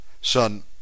son